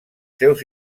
seus